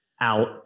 out